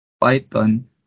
Python